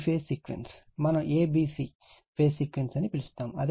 ఈ phase sequence మనం a b c phase sequence అని పిలుస్తాము